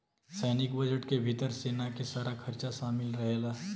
सैनिक बजट के भितर सेना के सारा खरचा शामिल रहेला